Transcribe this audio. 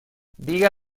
diga